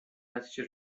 نتیجه